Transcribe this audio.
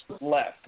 left